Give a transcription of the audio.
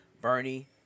Bernie